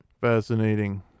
Fascinating